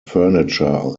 furniture